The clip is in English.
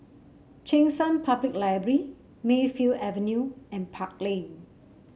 Cheng San Public Library Mayfield Avenue and Park Lane